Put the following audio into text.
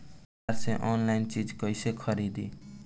बाजार से आनलाइन चीज कैसे खरीदी?